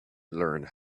learned